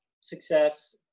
success